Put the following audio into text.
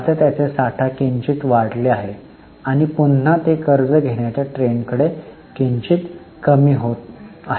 आता त्याचे साठा किंचित वाढले आहे आणि पुन्हा ते कर्ज घेण्याच्या ट्रेंडकडे किंचित कमी होत आहेत